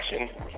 action